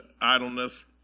idleness